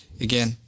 again